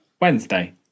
Wednesday